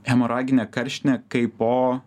hemoraginė karštinė kaipo